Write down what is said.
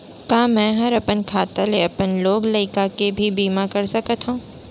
का मैं ह अपन खाता ले अपन लोग लइका के भी बीमा कर सकत हो